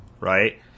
right